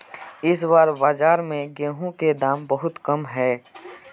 इस बार बाजार में गेंहू के दाम बहुत कम है?